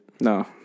No